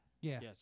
Yes